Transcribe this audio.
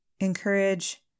encourage